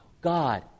God